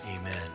Amen